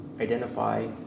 identify